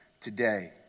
Today